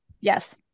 Yes